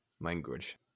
language